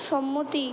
সম্মতি